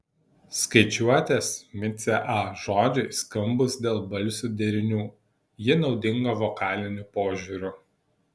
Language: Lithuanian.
skaičiuotės micė a žodžiai skambūs dėl balsių derinių ji naudinga vokaliniu požiūriu